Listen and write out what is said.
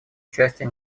участие